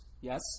Yes